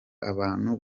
abantu